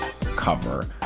cover